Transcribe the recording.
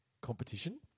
competition